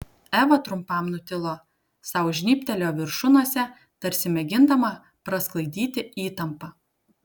eva trumpam nutilo sau žnybtelėjo viršunosę tarsi mėgindama prasklaidyti įtampą